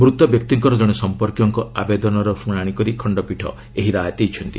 ମୃତ ବ୍ୟକ୍ତିଙ୍କର ଜଣେ ସମ୍ପର୍କୀୟଙ୍କ ଆବେଦନର ଶୁଣାଣି କରି ଖଣ୍ଡପୀଠ ଏହି ରାୟ ଦେଇଛନ୍ତି